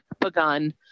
begun